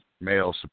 male